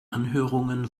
anhörungen